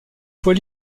fois